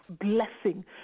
blessing